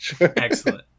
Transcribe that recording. Excellent